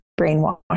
brainwashed